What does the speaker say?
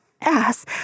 ass